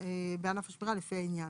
לפי העניין.